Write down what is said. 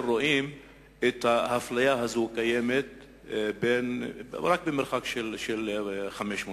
רואים את האפליה הזאת קיימת רק במרחק של 500 מטר.